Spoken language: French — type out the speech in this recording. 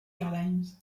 airlines